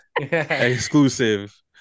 Exclusive